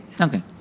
Okay